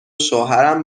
شوهرم